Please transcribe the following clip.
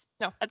No